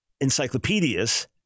encyclopedias